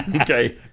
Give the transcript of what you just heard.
okay